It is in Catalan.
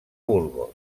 burgos